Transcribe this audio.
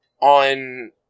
on